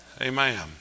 Amen